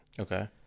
Okay